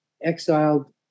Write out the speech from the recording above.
exiled